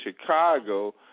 Chicago